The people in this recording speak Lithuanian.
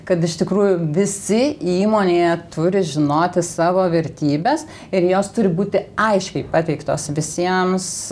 kad iš tikrųjų visi įmonėje turi žinoti savo vertybes ir jos turi būti aiškiai pateiktos visiems